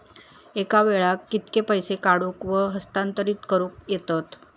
एका वेळाक कित्के पैसे काढूक व हस्तांतरित करूक येतत?